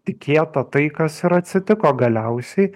tikėta tai kas ir atsitiko galiausiai